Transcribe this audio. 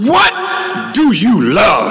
what do you love